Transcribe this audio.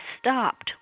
stopped